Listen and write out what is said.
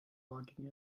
logging